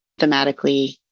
thematically